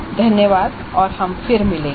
धन्यवाद और हम फिर मिलेंगे